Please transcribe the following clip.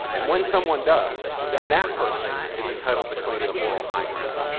and when someone does, then that person is entitled to claim the moral high ground.